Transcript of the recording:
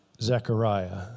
Zechariah